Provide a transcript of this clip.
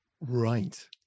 Right